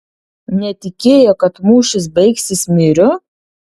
netikėjo kad mūšis baigsis myriu